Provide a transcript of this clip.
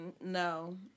No